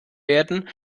werden